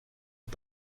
aux